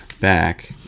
back